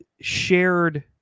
shared